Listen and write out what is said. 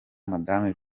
madame